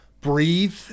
breathe